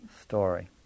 story